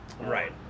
Right